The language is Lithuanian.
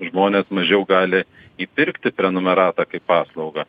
žmonės mažiau gali įpirkti prenumeratą kaip paslaugą